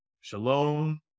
Shalom